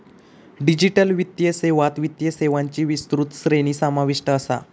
digital वित्तीय सेवात वित्तीय सेवांची विस्तृत श्रेणी समाविष्ट असा